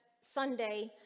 sunday